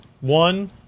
one